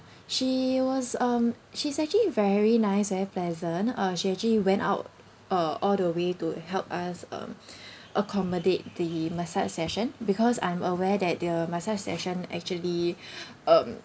she was um she's actually very nice very pleasant uh she actually went out uh all the way to help us um accommodate the massage session because I'm aware that the massage session actually um